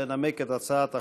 לנמק את הצעת החוק.